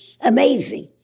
amazing